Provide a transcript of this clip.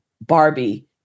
Barbie